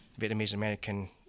Vietnamese-American